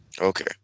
Okay